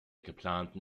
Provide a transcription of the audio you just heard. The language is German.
geplanten